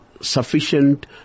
sufficient